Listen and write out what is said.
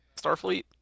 Starfleet